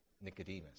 Nicodemus